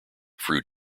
fruit